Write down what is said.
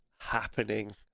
happening